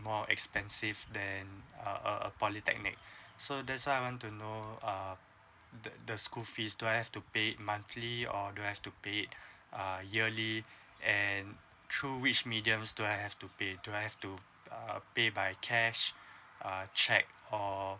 more expensive than a a polytechnic so that's why I want to know uh the the school fees do I have to pay it monthly or do I have to pay uh yearly and through which medium do I have to pay do I have to uh pay by cash a check or